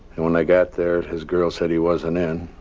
and when i got there his girl said he wasn't in,